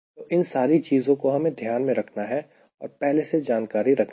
तो इन सारी चीजों का हमें ध्यान रखना है और पहले से जानकारी रखनी है